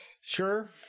Sure